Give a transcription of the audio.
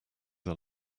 are